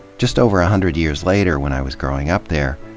just over a hundred years later, when i was growing up there,